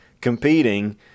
competing